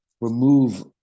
remove